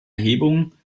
erhebung